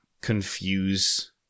confuse